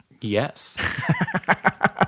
Yes